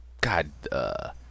God